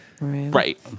Right